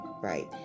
Right